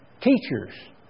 teachers